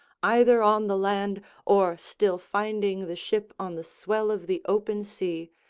either on the land or still finding the ship on the swell of the open sea,